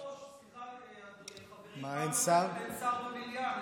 אין שר במליאה.